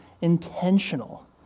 intentional